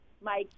Mike